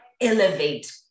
elevate